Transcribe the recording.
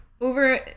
over